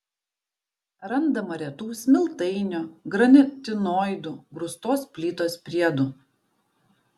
randama retų smiltainio granitoidų grūstos plytos priedų